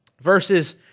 verses